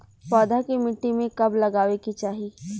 पौधा के मिट्टी में कब लगावे के चाहि?